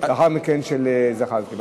ולאחר מכן של זחאלקה.